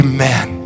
Amen